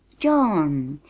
john!